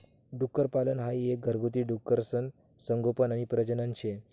डुक्करपालन हाई एक घरगुती डुकरसनं संगोपन आणि प्रजनन शे